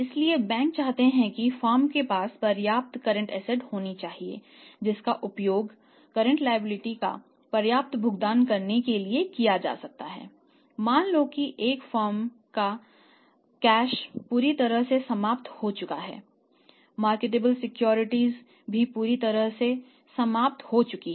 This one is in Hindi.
इसलिए बैंक चाहते हैं कि फर्म के पास पर्याप्त कर्रेंट एसेट भी पूरी तरह से समाप्त हो चुकी हैं